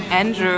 Andrew